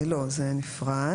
לא, זה נפרד